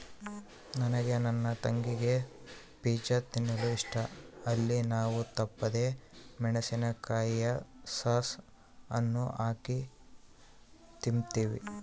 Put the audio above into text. ನನಗೆ ನನ್ನ ತಂಗಿಗೆ ಪಿಜ್ಜಾ ತಿನ್ನಲು ಇಷ್ಟ, ಅಲ್ಲಿ ನಾವು ತಪ್ಪದೆ ಮೆಣಿಸಿನಕಾಯಿಯ ಸಾಸ್ ಅನ್ನು ಹಾಕಿ ತಿಂಬ್ತೀವಿ